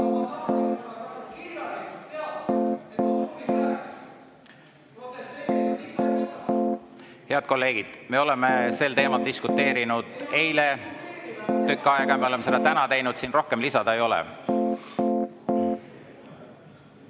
Head kolleegid, me oleme sel teemal diskuteerinud eile tükk aega ja me oleme seda täna teinud, siin rohkem lisada ei ole.